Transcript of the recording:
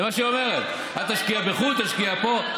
זה מה שהיא אומרת: אל תשקיע בחו"ל, תשקיע פה.